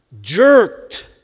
jerked